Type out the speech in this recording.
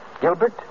Gilbert